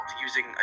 using